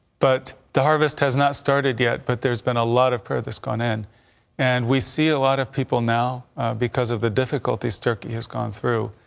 but the harvest has not started yet, but there's been a lot of practice can end and we see a lot of people now because of the difficulties, turkey has gone through.